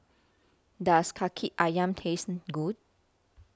Does Kaki Ayam Taste Good